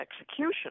execution